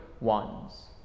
ones